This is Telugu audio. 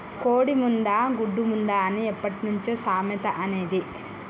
కోడి ముందా, గుడ్డు ముందా అని ఎప్పట్నుంచో సామెత అనేది